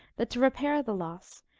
that, to repair the loss,